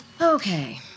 Okay